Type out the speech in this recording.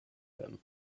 him